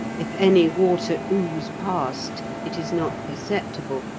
if any water ooze past, it is not perceptible,